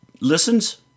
listens